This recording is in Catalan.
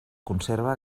conserva